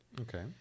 Okay